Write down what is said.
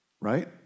right